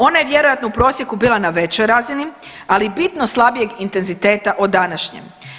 Ona je vjerojatno u prosjeku bila na većoj razini, ali i bitno slabijeg intenziteta od današnje.